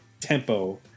tempo